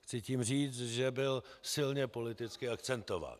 Chci tím říct, že byl silně politicky akcentován.